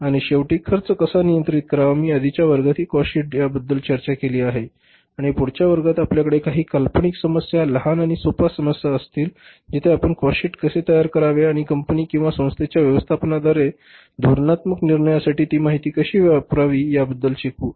आणि शेवटी खर्च कसा नियंत्रित करावा मी आधीच्या वर्गातही काॅस्ट शीट बद्दल चर्चा केली आहे आणि पुढच्या वर्गात आपल्याकडे काही काल्पनिक समस्या लहान आणि सोप्या समस्या असतील जिथे आपण काॅस्ट शीट कसे तयार करावे आणि कंपनी किंवा संस्थेच्या व्यवस्थापनाद्वारे धोरणात्मक निर्णयासाठी ती माहिती कशी वापरावी याबद्दल शिकू